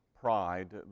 pride